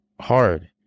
hard